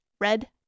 red